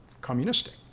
communistic